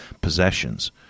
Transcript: possessions